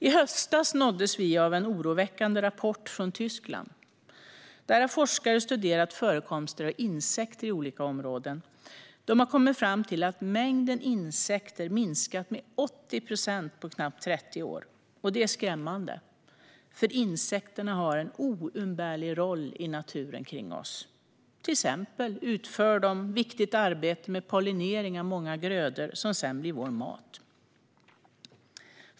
I höstas nåddes vi av en oroväckande rapport från Tyskland. Där har forskare studerat förekomsten av insekter i några områden. De har kommit fram till att mängden insekter har minskat med 80 procent på knappt 30 år. Det är skrämmande, för insekterna har en oumbärlig roll i naturen omkring oss. Till exempel utför de ett viktigt arbete med pollinering av många grödor som sedan blir vår mat.